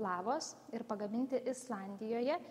lavos ir pagaminti islandijoje